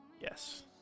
Yes